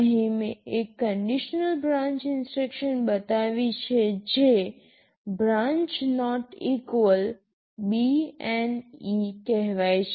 અહીં મેં એક કન્ડિશનલ બ્રાન્ચ ઇન્સટ્રક્શન બતાવી છે જે બ્રાન્ચ નોટ ઇક્વલ કહેવાય છે